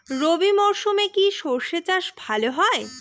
রবি মরশুমে কি সর্ষে চাষ ভালো হয়?